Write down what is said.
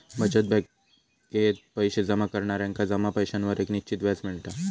बचत बॅकेत पैशे जमा करणार्यांका जमा पैशांवर एक निश्चित व्याज मिळता